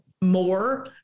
more